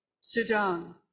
Sudan